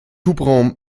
hubraum